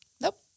Nope